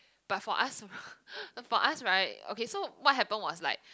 but for us for us right okay so what happened was like